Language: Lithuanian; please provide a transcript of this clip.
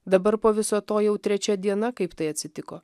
dabar po viso to jau trečia diena kaip tai atsitiko